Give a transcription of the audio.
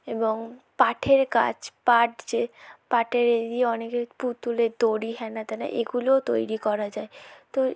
এবং পাটের গাছ পাট যে পাটের ইয়ে দিয়ে অনেকে পুতুলের দড়ি হ্যানা ত্যানা এগুলোও তৈরি করা যায় তো